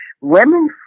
women